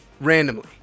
randomly